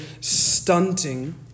stunting